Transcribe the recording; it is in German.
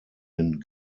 den